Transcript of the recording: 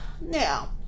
Now